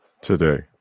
Today